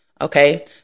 okay